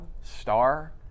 star